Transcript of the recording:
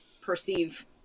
perceive